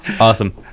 awesome